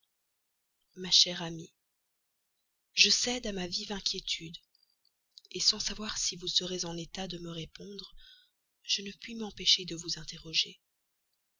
ma chère amie je cède à ma vive inquiétude sans savoir si vous serez en état de me répondre je ne puis m'empêcher de vous interroger